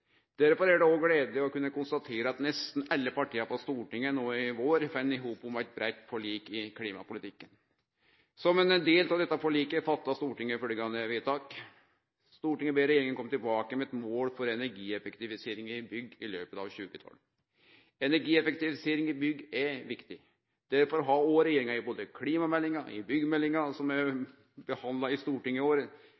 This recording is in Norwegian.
Derfor er det òg gledeleg å kunne konstatere at nesten alle partia på Stortinget no i vår fann i hop om eit breitt forlik i klimapolitikken. Som ein del av dette forliket gjorde Stortinget dette vedtaket: «Stortinget ber regjeringen komme tilbake med et mål for energieffektivisering i bygg i løpet av 2012.» Energieffektivisering i bygg er viktig. Derfor har regjeringa både i klimameldinga og i byggmeldinga, som er